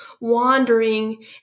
wandering